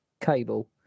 cable